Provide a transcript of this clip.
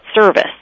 service